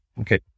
Okay